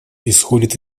исходит